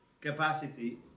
capacity